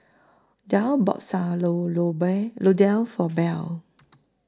Dale bought Sayur Lodeh For Bell